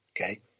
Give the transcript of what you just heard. Okay